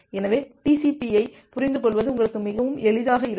எனவே டிசிபி ஐப் புரிந்துகொள்வது உங்களுக்கு மிகவும் எளிதாக இருக்கும்